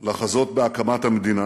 לחזות בהקמת המדינה,